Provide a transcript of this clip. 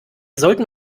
sollten